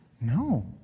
No